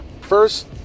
First